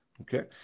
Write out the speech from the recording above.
Okay